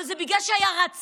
אבל זה בגלל שהיה רצון,